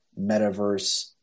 metaverse